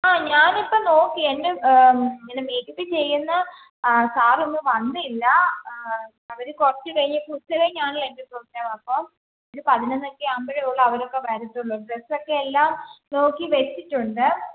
ആ ഞാനിപ്പം നോക്കി എൻ്റെ എൻ്റെ മേക്കപ്പ് ചെയ്യുന്ന സാർ ഇന്ന് വന്നില്ല അവർ കുറച്ച് കഴിഞ്ഞ് ഇപ്പോൾ ഉച്ചകഴിഞ്ഞാണല്ലോ എൻ്റെ പ്രോഗ്രാം അപ്പോൾ ഒരു പതിനൊന്നൊക്കെ ആവുമ്പഴെ ഉള്ളു അവരൊക്കെ വരത്തുള്ളൂ ഡ്രെസ്സ് ഒക്കെ എല്ലാം നോക്കി വച്ചിട്ടുണ്ട്